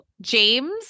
james